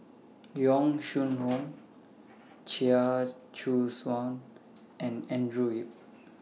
Yong Shu Hoong Chia Choo Suan and Andrew Yip